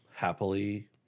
happily